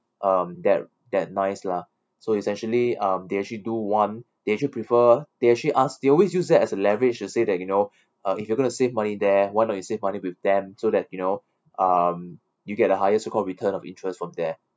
um that that nice lah so essentially uh they actually do one they actually prefer they actually ask they always use that as leverage to say that you know uh if you're going to save money there why not you save money with them so that you know um you get the highest recalled return of interest from there